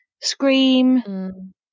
Scream